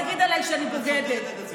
את בסתירה, מערכת המשפט הכשירה אותו.